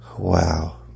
Wow